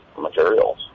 materials